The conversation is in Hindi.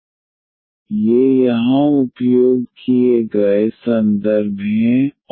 dfxyMdxNdy SOLUTION fc ये यहाँ उपयोग किए गए संदर्भ हैं और